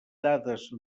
dades